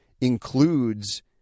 includes